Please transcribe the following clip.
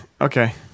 Okay